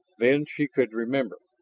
then she could remember.